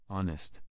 Honest